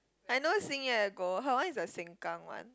I know Xin-Ye go her one is the Sengkang one